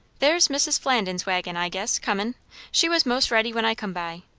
there's mrs. flandin's waggin, i guess, comin' she was most ready when i come by.